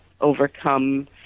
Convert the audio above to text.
overcome